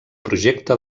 projecte